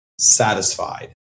satisfied